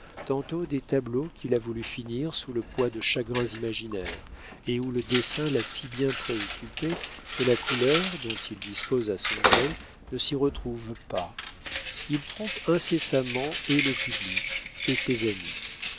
tantôt des tableaux qu'il a voulu finir sous le poids de chagrins imaginaires et où le dessin l'a si bien préoccupé que la couleur dont il dispose à son gré ne s'y retrouve pas il trompe incessamment et le public et ses amis